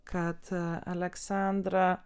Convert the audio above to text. kad aleksandra